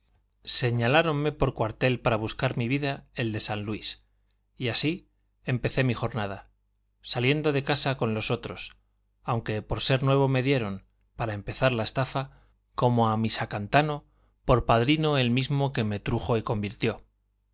guárdela señaláronme por cuartel para buscar mi vida el de san luis y así empecé mi jornada saliendo de casa con los otros aunque por ser nuevo me dieron para empezar la estafa como a misacantano por padrino el mismo que me trujo y convirtió